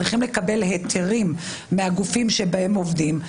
צריכים לקבל היתרים מהגופים שבהם הם עובדים.